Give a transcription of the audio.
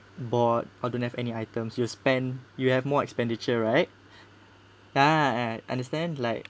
bored or don't have any items you spend you have more expenditure right ya ya ya understand like